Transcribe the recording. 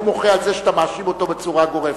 הוא מוחה על זה שאתה מאשים אותו בצורה גורפת,